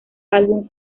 álbum